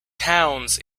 towns